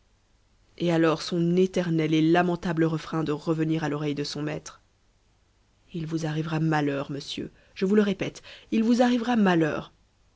et alors son éternel et lamentable refrain de revenir à l'oreille de son maître il vous arrivera malheur monsieur je vous le répète il vous arrivera malheur